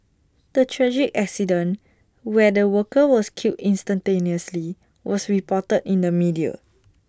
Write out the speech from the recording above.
the tragic accident where the worker was killed instantaneously was reported in the media